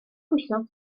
wythnos